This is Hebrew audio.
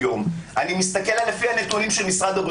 בניגוד לדעתך,